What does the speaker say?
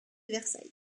versailles